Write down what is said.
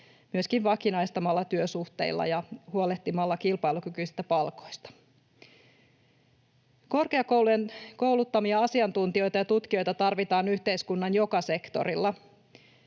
myöskin vakinaistamalla työsuhteita ja huolehtimalla kilpailukykyisistä palkoista. Korkeakoulujen kouluttamia asiantuntijoita ja tutkijoita tarvitaan yhteiskunnan joka sektorilla.